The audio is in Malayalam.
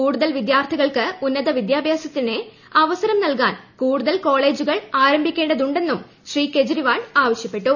കൂടുതൽ വിദ്യാർത്ഥികൾക്ക് ഉന്നത വിദ്യാഭ്യാസത്തിന് അവസരം നൽകാൻ കൂടുതൽ കോളേജുകൾ ആരംഭിക്കേണ്ടതുണ്ടെന്നും കെജ്രിവാൾ അഭിപ്രായപ്പെട്ടു